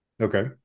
Okay